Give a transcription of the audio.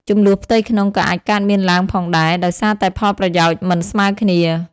ជម្លោះផ្ទៃក្នុងក៏អាចកើតមានឡើងផងដែរ ដោយសារតែផលប្រយោជន៍មិនស្មើគ្នា។